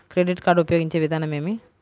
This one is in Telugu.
క్రెడిట్ కార్డు ఉపయోగించే విధానం ఏమి?